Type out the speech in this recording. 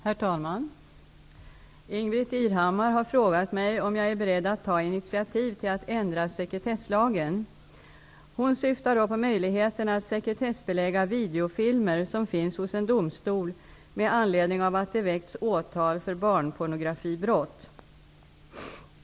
Herr talman! Ingbritt Irhammar har frågat mig om jag är beredd att ta initiativ till att ändra sekretesslagen. Hon syftar då på möjligheterna att sekretessbelägga videofilmer som finns hos en domstol med anledning av att det väckts åtal för barnpornografibrott.